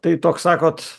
tai toks sakot